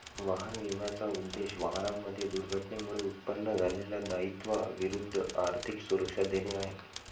वाहन विम्याचा उद्देश, वाहनांमध्ये दुर्घटनेमुळे उत्पन्न झालेल्या दायित्वा विरुद्ध आर्थिक सुरक्षा देणे आहे